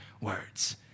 words